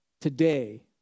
today